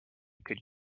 could